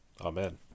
amen